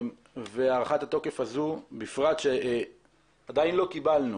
הארכת התוקף הזו, בפרט שעדיין לא קיבלנו